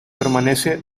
permanece